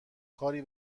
کاری